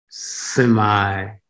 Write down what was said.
semi